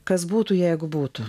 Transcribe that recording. kas būtų jeigu būtų